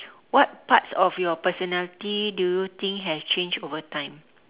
what parts of your personality do you think have changed over time